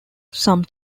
some